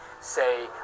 say